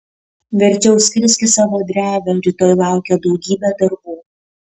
verčiau skrisk į savo drevę rytoj laukia daugybė darbų